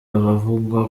abavugwa